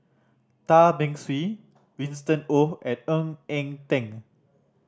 Tan Beng Swee Winston Oh and Ng Eng Teng